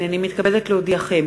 הנני מתכבדת להודיעכם,